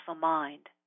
mind